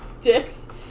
dicks